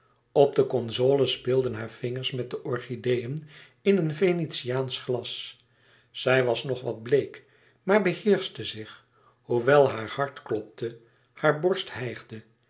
op de console speelden hare vingers met de orchideeën in een venetiaansch glas zij was nog wat bleek maar beheerschte zich hoewel haar hart klopte haar borst hijgde